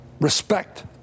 Respect